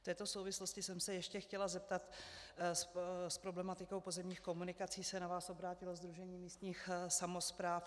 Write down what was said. V této souvislosti jsem se ještě chtěla zeptat: S problematikou pozemních komunikací se na vás obrátilo Sdružení místních samospráv.